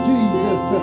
Jesus